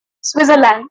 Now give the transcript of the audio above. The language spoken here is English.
Switzerland